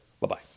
Bye-bye